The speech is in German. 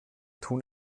tun